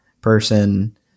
person